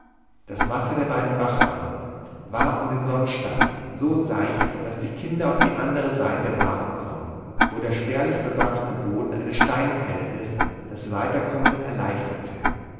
das wasser der beiden bacharme war um den sonnstein so seicht daß die kinder auf die andere seite waten konnten wo der spärlich bewachsene boden eines steinfeldes das weiterkommen erleichterte